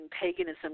paganism